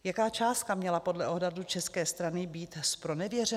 Jaká částka měla podle odhadu české strany být zpronevěřena?